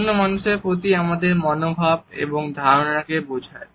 অন্য মানুষের প্রতি আমাদের মনোভাব এবং ধারণা কে বোঝায়